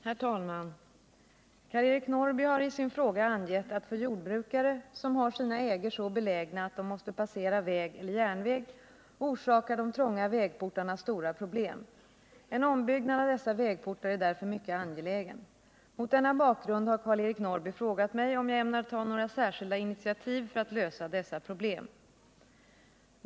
Herr talman! Karl-Eric Norrby hari sin fråga angett att för jordbrukare, som har sina ägor så belägna att de måste passera väg eller järnväg, orsakar de trånga vägportarna stora problem. En ombyggnad av dessa vägportar är därför mycket angelägen. Mot denna bakgrund har Karl-Eric Norrby frågat mig om jag ämnar ta några särskilda initiativ för att lösa dessa problem.